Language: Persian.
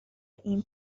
این